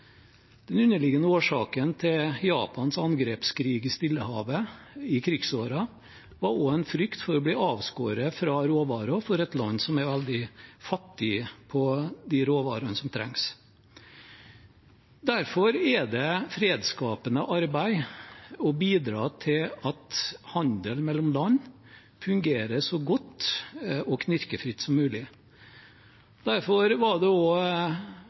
Den underliggende årsaken til Japans angrepskrig i Stillehavet i krigsårene var også en frykt for å bli avskåret fra råvarer for et land som er veldig fattig på de råvarene som trengs. Derfor er det fredsskapende arbeid å bidra til at handel mellom land fungerer så godt og knirkefritt som mulig. Derfor var det